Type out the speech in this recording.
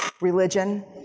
Religion